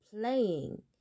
playing